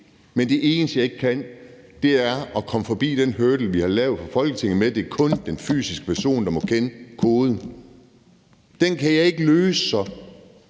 at det eneste, jeg ikke kan, er at komme forbi den hurdle, vi har lavet fra Folketingets side, med, at det kun er en fysisk person, der må kende koden, så kan jeg ikke løse det.